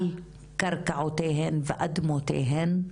על קרקעותיהם ואדמותיהם.